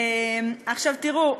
תראו,